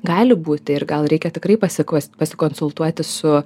gali būti ir gal reikia tikrai pasikves pasikonsultuoti su